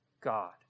god